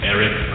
Eric